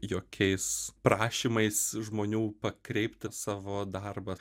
jokiais prašymais žmonių pakreipti savo darbą